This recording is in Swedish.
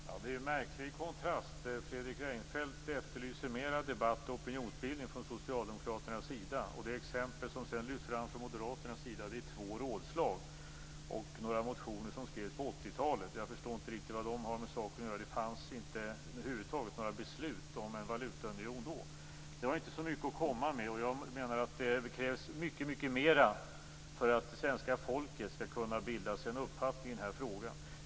Fru talman! Det är en märklig kontrast. Fredrik Reinfeldt efterlyser mera debatt och opinionsbildning från socialdemokraternas sida. De exempel som lyfts fram från moderaternas sida är två rådslag och några motioner som skrevs på 80-talet. Jag förstår inte riktigt vad de har med saken att göra. Det fanns över huvud taget inte några beslut om en valutaunion då. Det var inte så mycket att komma med. Jag menar att det krävs mycket mera för att svenska folket skall kunna bilda sig en uppfattning i denna fråga.